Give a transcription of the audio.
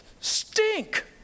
stink